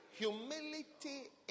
humility